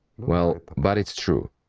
well, but it's true,